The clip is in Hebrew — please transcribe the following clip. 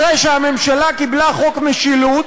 אחרי שהממשלה קיבלה חוק משילות,